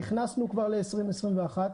נכנסו כבר ל-2021,